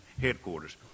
headquarters